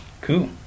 Cool